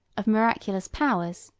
of miraculous powers,